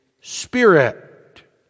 Spirit